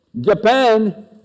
Japan